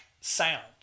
sound